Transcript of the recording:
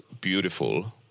beautiful